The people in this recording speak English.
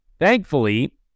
thankfully